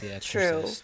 True